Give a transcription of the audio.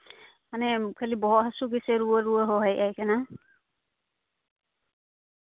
ᱢᱟᱱᱮ ᱠᱷᱟᱹᱞᱤ ᱵᱚᱦᱚᱦᱜ ᱦᱟᱹᱥᱩ ᱜᱮᱥᱚ ᱨᱩᱣᱟᱹᱼᱨᱩᱣᱟᱹ ᱦᱚᱸ ᱦᱮᱡ ᱟᱭ ᱠᱟᱱᱟ